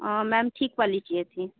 ma'am thick वाली चाहिए थी